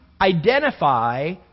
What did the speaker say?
identify